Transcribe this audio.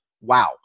wow